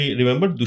remember